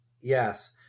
Yes